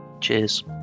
Cheers